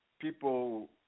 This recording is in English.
people